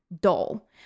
dull